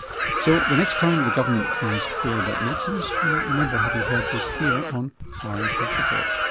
so the next time the government cries poor about medicines, you might remember having heard this here on ah rn's health report.